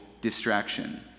distraction